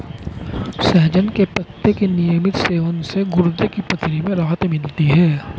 सहजन के पत्ते के नियमित सेवन से गुर्दे की पथरी में राहत मिलती है